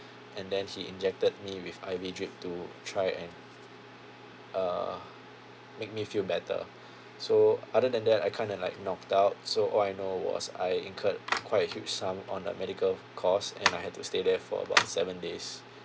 and then he injected me with I_V drip to try and uh made me feel better so other than that I kind of like knocked out so all I know was I incurred quite a huge sum on that medical cost and I had to stay there for about seven days